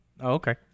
Okay